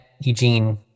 Eugene